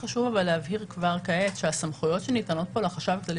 חשוב להבהיר כבר כעת שהסמכויות שניתנות כאן לחשב הכללי